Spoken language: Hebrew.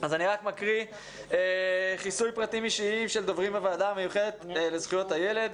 אני אקריא חיסוי פרטים אישיים של דוברים בוועדה המיוחדת לזכויות הילד.